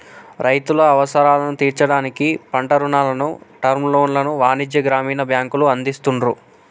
రైతుల అవసరాలను తీర్చడానికి పంట రుణాలను, టర్మ్ లోన్లను వాణిజ్య, గ్రామీణ బ్యాంకులు అందిస్తున్రు